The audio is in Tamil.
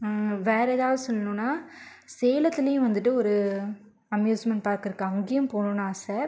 வேற எதாவது சொல்லணுனா சேலத்துலேயும் வந்துட்டு ஒரு அம்யூஸ்மண்ட் பார்க்கிருக்கு அங்கேயும் போகணும்னு ஆசை